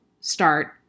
start